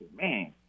Man